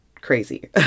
crazy